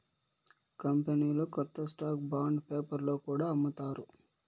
కంపెనీలు కొత్త stock bond పేపర్లో కూడా అమ్ముతారు